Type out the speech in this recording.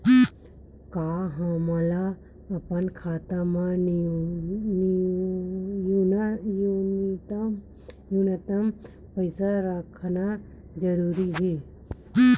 का हमला अपन खाता मा न्यूनतम पईसा रखना जरूरी हे?